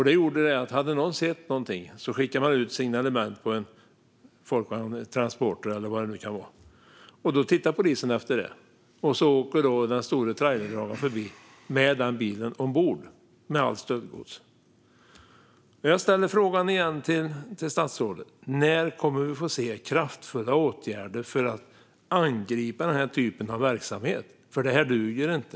Det gör att om någon ser något skickas det ut ett signalement på en folkvagn, en Transporter eller vad det nu kan vara, och så tittar polisen efter det. Och sen åker den stora trailerdragaren med bilen ombord och allt stöldgods förbi. Jag ställer frågan igen till statsrådet: När kommer vi att få se kraftfulla åtgärder för att angripa denna typ av verksamhet? Det här duger inte.